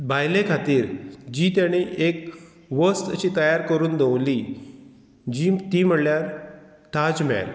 बायले खातीर जी तेणी एक वस्त अशी तयार करून दवरली जी ती म्हणल्यार ताज मेहेल